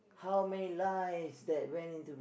how many lives that went into